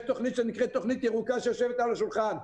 יש תכנית שנקראת "תכנית ירוקה" שיושבת על השולחן.